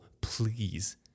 please